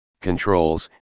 controls